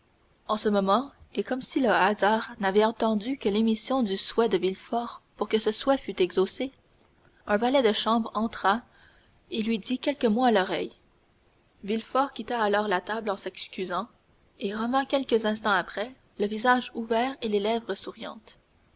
en ce moment et comme si le hasard n'avait attendu que l'émission du souhait de villefort pour que ce souhait fût exaucé un valet de chambre entra et lui dit quelques mots à l'oreille villefort quitta alors la table en s'excusant et revint quelques instants après le visage ouvert et les lèvres souriantes